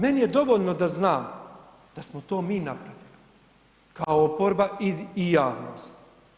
Meni je dovoljno da znam da smo to mi napravili kao oporba i javnost.